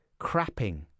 crapping